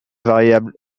variable